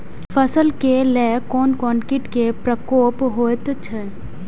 फसल के लेल कोन कोन किट के प्रकोप होयत अछि?